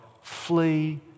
flee